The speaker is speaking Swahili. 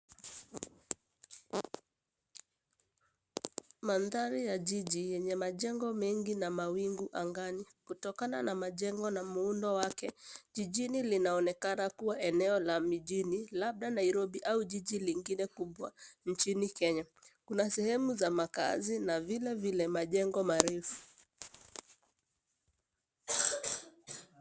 Mandhari ya jiji yenye majengo mengi na mawingu angani. Kutokana na majengo na muundo wake, jijini linaonekana kuwa eneo la mijini, labda Nairobi au jiji lingine kubwa nchini Kenya. Kuna sehemu za makazi na vilevile majengo marefu.